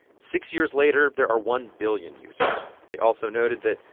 six years later, there are one billion users. they also noted that,